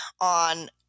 on